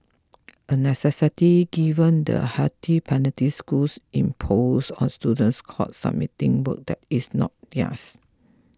a necessity given the hefty penalties schools impose on students caught submitting work that is not theirs